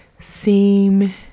seem